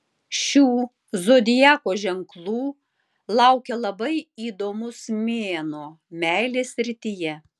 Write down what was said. šių zodiako ženklų laukia labai įdomus mėnuo meilės srityje